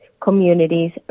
communities